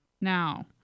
now